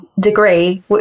degree